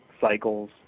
cycles